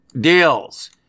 deals